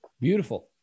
beautiful